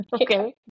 Okay